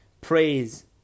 Praise